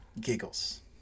Giggles